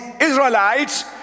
Israelites